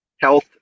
health